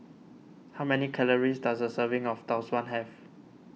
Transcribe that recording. how many calories does a serving of Tau Suan have